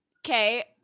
okay